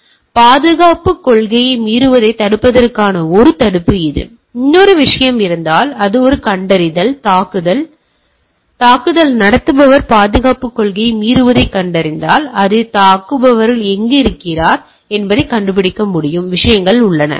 எனவே பாதுகாப்புக் கொள்கையை மீறுவதைத் தடுப்பதற்கான ஒரு தடுப்பு இது இன்னொரு விஷயம் இருந்தால் அது ஒரு கண்டறிதல் தாக்குதல் இருந்தால் தாக்குதல் நடத்துபவர் பாதுகாப்புக் கொள்கையை மீறுவதைக் கண்டறிந்தால் அந்த தாக்குபவர் எங்கு இருக்கிறார் என்பதை நான் கண்டுபிடிக்க முடியும் விஷயங்கள் உள்ளன